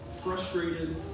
frustrated